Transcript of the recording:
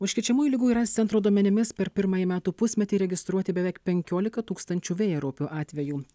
užkrečiamųjų ligų ir aids centro duomenimis per pirmąjį metų pusmetį registruoti beveik penkiolika tūkstančių vėjaraupių atvejų